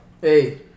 Hey